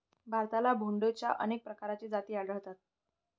भारतात भेडोंच्या अनेक प्रकारच्या जाती आढळतात